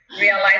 Realize